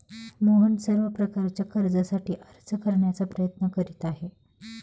मोहन सर्व प्रकारच्या कर्जासाठी अर्ज करण्याचा प्रयत्न करीत आहे